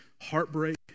heartbreak